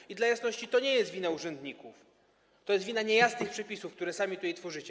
I dla jasności, to nie jest wina urzędników, to jest wina niejasnych przepisów, które sami tutaj tworzycie.